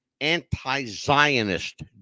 anti-Zionist